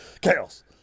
Chaos